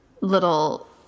little